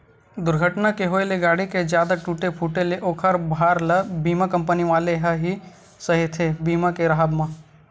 दूरघटना के होय ले गाड़ी के जादा टूटे फूटे ले ओखर भार ल बीमा कंपनी वाले ह ही सहिथे बीमा के राहब म